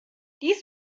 dies